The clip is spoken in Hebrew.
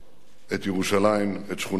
את ירושלים, את שכונותיה,